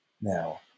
Now